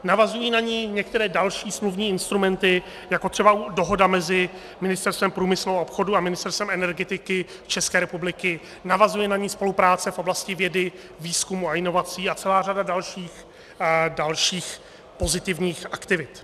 Navazují na ni některé další smluvní instrumenty, jako třeba dohoda mezi Ministerstvem průmyslu a obchodu a Ministerstvem energetiky České republiky, navazuje na ni spolupráce v oblasti vědy, výzkumu a inovací a celá řada dalších pozitivních aktivit.